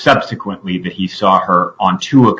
subsequently that he saw her on t